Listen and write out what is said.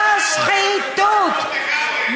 זו שחיתות.